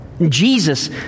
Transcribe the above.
Jesus